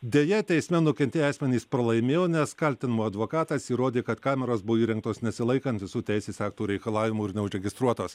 deja teisme nukentėję asmenys pralaimėjo nes kaltinamojo advokatas įrodė kad kameros buvo įrengtos nesilaikant visų teisės aktų reikalavimų ir neužregistruotos